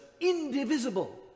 indivisible